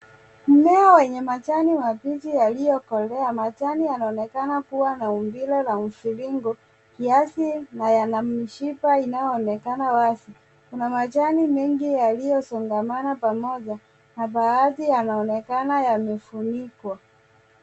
Mmea wenye majani mabichi yaliyokolea. Majani yanaonekana kuwa na umbile la mviringo kiasi na yana mshipa inayoonekana wazi. Kuna majani mengi yaliyosongamana pamoja na baadhi yanaonekana yamefunikwa.